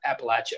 Appalachia